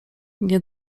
nie